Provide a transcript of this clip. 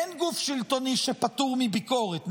אין גוף שלטוני שפטור מביקורת,